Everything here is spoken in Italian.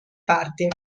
parti